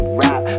rap